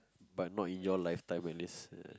but not in your lifetime at least yeah